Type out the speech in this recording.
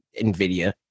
NVIDIA